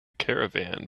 caravan